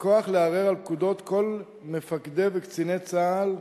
הכוח לערער על פקודות כל מפקדי וקציני צה"ל,